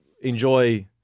enjoy